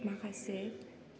माखासे